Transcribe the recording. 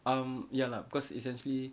um ya lah because essentially